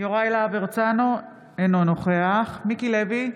יוראי להב הרצנו, אינו נוכח מיקי לוי,